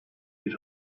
bir